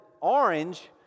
orange